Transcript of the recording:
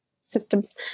systems